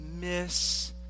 miss